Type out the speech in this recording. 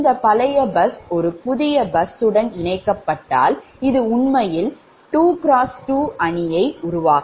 இந்த பழைய பஸ் ஒரு புதிய பஸ் உடன் இணைக்கப்பட்டால் இது உண்மையில் 2X2 அணி ஆக இருக்கும்